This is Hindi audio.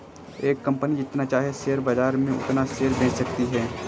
एक कंपनी जितना चाहे शेयर बाजार में उतना शेयर बेच सकती है